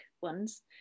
ones